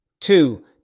Two